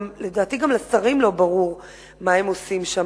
לדעתי, גם לשרים לא ברור מה הם עושים שם.